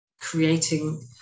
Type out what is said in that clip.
creating